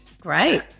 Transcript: Great